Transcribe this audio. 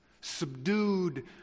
subdued